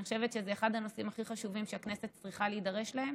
אני חושבת שזה אחד הנושאים הכי חשובים שהכנסת צריכה להידרש להם,